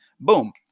boom